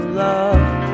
love